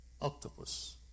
Octopus